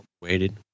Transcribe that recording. Waited